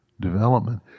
development